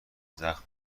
زخم